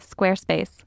Squarespace